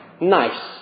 nice